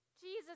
Jesus